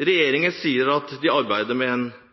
Regjeringen sier at den arbeider med en